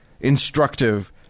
instructive